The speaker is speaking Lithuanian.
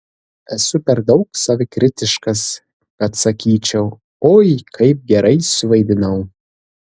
esu per daug savikritiškas kad sakyčiau oi kaip gerai suvaidinau